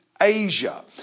Asia